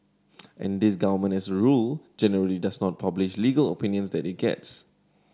and this government as a rule generally does not publish legal opinions that it gets